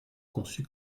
conçue